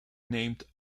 named